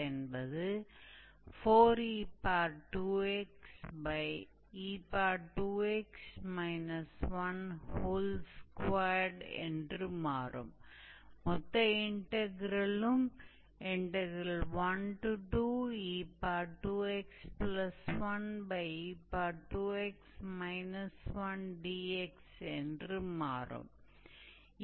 अब आवश्यक आर्क लंबाई तो यह हमारे ज्ञात फोर्मूले से होगा हमारे पास yf𝑥 टाइप की स्थिति है और यदि हमारे पास y f प्रकार की स्थिति है तो आर्क की लंबाई x a से b तक है